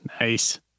Nice